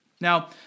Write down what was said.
Now